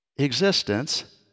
Existence